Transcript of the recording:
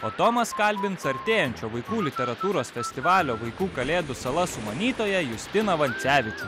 o tomas kalbins artėjančio vaikų literatūros festivalio vaikų kalėdų sala sumanytoją justiną vancevičių